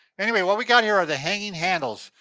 anyway what we got here are the hanging handles.